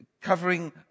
covering